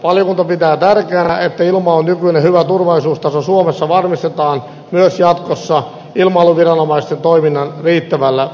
valiokunta pitää tärkeänä että ilmailun nykyinen hyvä turvallisuustaso suomessa varmistetaan myös jatkossa ilmailuviranomaisten toiminnan riittävällä rahoituksella